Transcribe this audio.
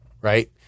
Right